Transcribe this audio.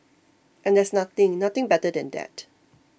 and there's nothing nothing better than that